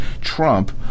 Trump